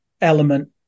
element